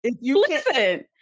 Listen